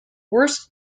worst